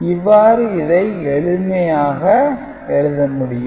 இவ்வாறு இதை எளிமையாக எழுத முடியும்